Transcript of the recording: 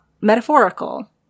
metaphorical